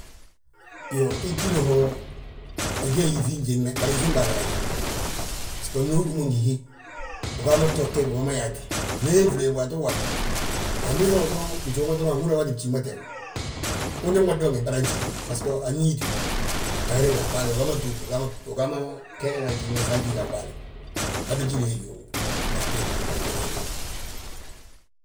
Iyoo, hi jíli ho, agi ge yíŧin njiŋne, bari yíŧin ɓaale hi agíw. Bisgo ndi ugí mo ngi hí, ugaa ma to geg ugaa ma yaati, flee flee, waato waati. Anbiiŧana doroŋ njuuma, anhúri yaa waati bjiig ma teegu, undoog ma dooŋe fa ajiige, baso añiti wi, anga riŋa a ɓaale. Uga ma tood ugaama, gengeŋa a njiŋne sa ajiiga a ɓaale, habe jíli he gíw, nga antimbi nga ateeng hilli ma